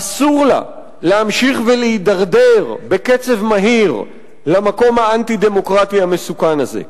אסור לה להמשיך ולהתדרדר בקצב מהיר למקום האנטי-דמוקרטי המסוכן הזה.